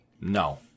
No